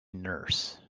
nurse